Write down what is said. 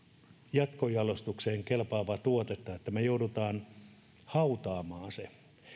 jatkojalostukseen kelpaavaa tuotetta että me joudumme hautaamaan sen